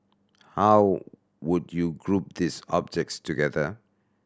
how would you group these objects together